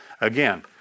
Again